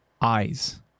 eyes